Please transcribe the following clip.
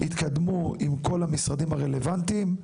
התקדמו עם כל המשרדים הרלוונטיים.